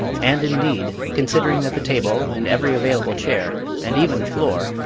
and, indeed, considering that the table and every available chair, and even the floor,